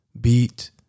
beat